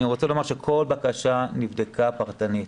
אני רוצה לומר שכל בקשה נבדקה פרטנית.